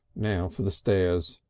now for the stairs!